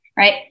Right